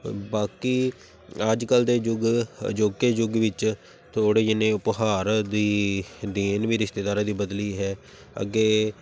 ਬਾਕੀ ਅੱਜ ਕੱਲ੍ਹ ਦੇ ਯੁੱਗ ਅਜੋਕੇ ਯੁੱਗ ਵਿੱਚ ਥੋੜ੍ਹੇ ਜਿੰਨੇ ਉਪਹਾਰ ਦੀ ਦੇਣ ਵੀ ਰਿਸ਼ਤੇਦਾਰਾਂ ਦੀ ਬਦਲੀ ਹੈ ਅੱਗੇ